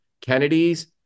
Kennedys